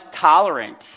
tolerant